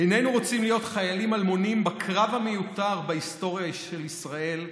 איננו רוצים להיות חיילים אלמונים בקרב המיותר בהיסטוריה של ישראל,